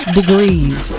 degrees